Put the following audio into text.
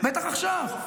בטח עכשיו.